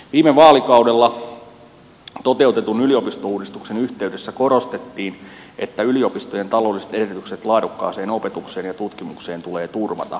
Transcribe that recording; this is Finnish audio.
viime vaalikaudella toteutetun yliopistouudistuksen yhteydessä korostettiin että yliopistojen taloudelliset edellytykset laadukkaaseen opetukseen ja tutkimukseen tulee turvata